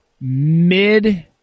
mid